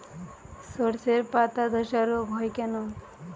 শর্ষের পাতাধসা রোগ হয় কেন?